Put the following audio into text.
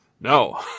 No